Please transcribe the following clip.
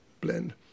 blend